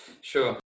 Sure